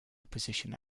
opposition